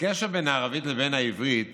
הקשר בין הערבית לבין העברית